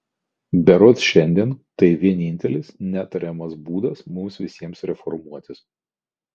berods šiandien tai vienintelis netariamas būdas mums visiems reformuotis